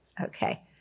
Okay